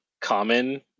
common